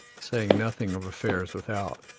saying nothing of affairs without.